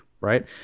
right